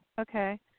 Okay